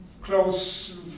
close